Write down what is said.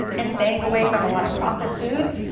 and staying away from a lot of processed foods.